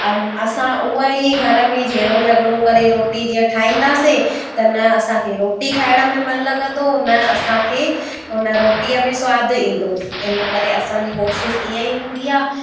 ऐं असां उहा ई घर में झेड़ो झॻिड़ो करे रोटी जीअं ठाईंदा से त न असांखे रोटी ठाहिण में मनु लॻंदो न असांखे हुन रोटीअ में सवादु ईंदो इन करे असांजी कोशिशि इहा ई हूंदी आहे